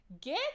Get